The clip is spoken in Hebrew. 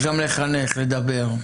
--- לחנך, לדבר.